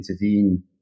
intervene